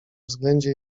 względzie